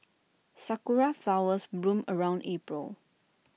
Sakura Flowers bloom around April